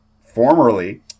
formerly